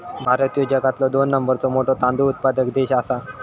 भारत ह्यो जगातलो दोन नंबरचो मोठो तांदूळ उत्पादक देश आसा